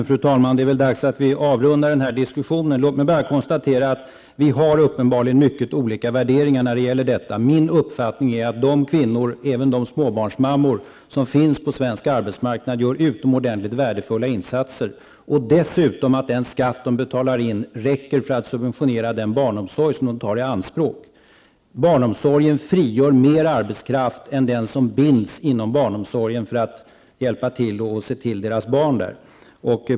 Fru talman! Det är väl dags att avrunda denna diskussion. Jag vill bara konstatera att vi uppenbarligen har mycket olika värderingar i det här fallet. Min uppfattning är att även de småbarnsmammor som finns på svensk arbetsmarknad gör utomordentligt värdefulla insatser. Dessutom räcker den skatt som de betalar in till för att subventionera den barnomsorg som de tar i anspråk. Barnomsorgen frigör mer arbetskraft än den som binds inom barnomsorgen för att se till dessa småbarnsmammors barn.